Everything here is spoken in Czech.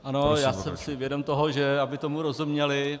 Ano, já jsem si vědom toho, aby tomu rozuměli.